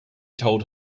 told